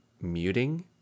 muting